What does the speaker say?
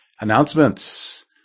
announcements